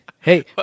hey